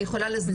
אני יכולה לבדוק.